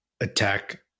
attack